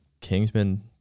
Kingsman